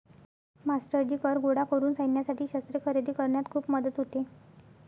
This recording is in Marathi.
मास्टरजी कर गोळा करून सैन्यासाठी शस्त्रे खरेदी करण्यात खूप मदत होते